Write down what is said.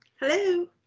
Hello